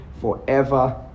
forever